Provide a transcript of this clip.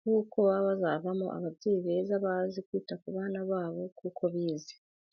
kuko baba bazavamo ababyeyi beza bazi kwita ku bana babo kuko bize.